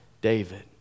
David